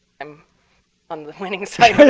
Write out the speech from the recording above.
i'm on the winning side.